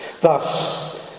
Thus